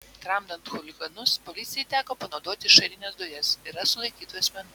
tramdant chuliganus policijai teko panaudoti ašarines dujas yra sulaikytų asmenų